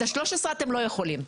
את ה-13 אתם לא יכולים.